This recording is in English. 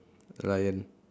lion